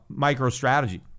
MicroStrategy